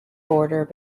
border